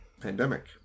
Pandemic